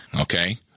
Okay